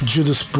Judas